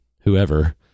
whoever